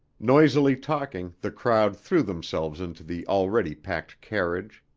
noisily talking, the crowd threw themselves into the already packed carriage.